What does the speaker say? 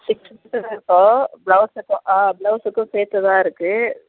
six sir இப்போது ப்ளவுஸுக்கும் ஆ ப்ளவுஸுக்கும் சேர்த்துதான் இருக்குது